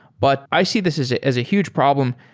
but i see this as ah as a huge problem.